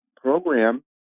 program